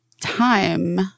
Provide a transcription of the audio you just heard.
time